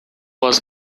was